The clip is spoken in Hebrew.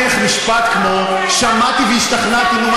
לשמוע ממך משפט כמו "שמעתי והשתכנעתי" נו,